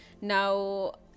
now